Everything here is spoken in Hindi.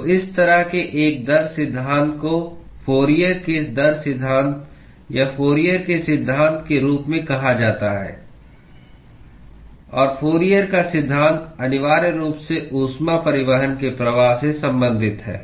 तो इस तरह के एक दर सिद्धांत को फूरियर के दर सिद्धांत या फूरियर के सिद्धांत के रूप में कहा जाता है और फूरियर का सिद्धांत अनिवार्य रूप से ऊष्मा परिवहन के प्रवाह से संबंधित है